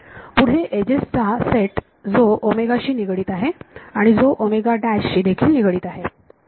पुढे एजेस चा सेट जो शी निगडीत आहेत आणि जो शी देखील निगडित आहे